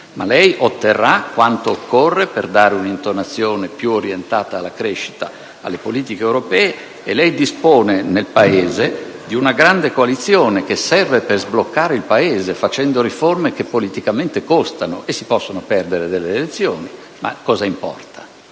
però, otterrà quanto occorre per dare un'intonazione più orientata alla crescita ed alle politiche europee. Lei dispone nel Paese di una grande coalizione che serve per sbloccare l'Italia attuando riforme che politicamente costano: si possono perdere le elezioni, ma cosa importa?